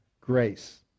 grace